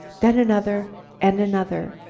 then another and another.